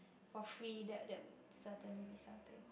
for free there there would certainly with something